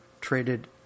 traded